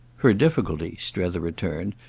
her difficulty, strether returned,